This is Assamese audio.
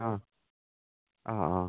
অঁ অঁ অঁ